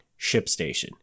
ShipStation